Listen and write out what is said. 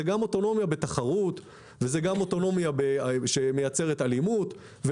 זה גם אוטונומיה בתחרות וזה גם אוטונומיה שמייצרת אלימות.